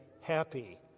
happy